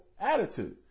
attitude